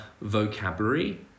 vocabulary